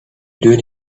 doing